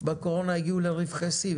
בקורונה הגיעו לרווחי שיא,